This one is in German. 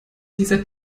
dieser